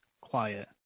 quiet